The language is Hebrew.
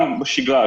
גם בשגרה,